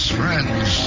friends